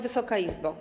Wysoka Izbo!